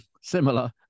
similar